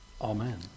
amen